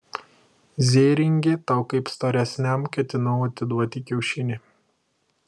zėringi tau kaip storesniam ketinau atiduoti kiaušinį